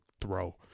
throw